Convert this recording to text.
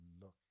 look